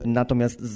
natomiast